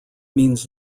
means